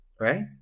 Right